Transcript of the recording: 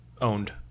owned